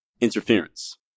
interference